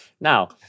Now